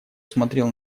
смотрел